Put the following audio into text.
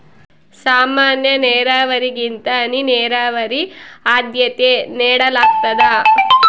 ಸಾಮಾನ್ಯ ನೇರಾವರಿಗಿಂತ ಹನಿ ನೇರಾವರಿಗೆ ಆದ್ಯತೆ ನೇಡಲಾಗ್ತದ